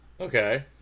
Okay